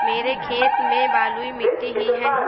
मेरे खेत में बलुई मिट्टी ही है